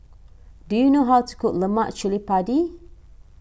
do you know how to cook Lemak Cili Padi